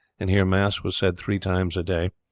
and here mass was said three times a day.